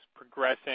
progressing